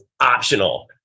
optional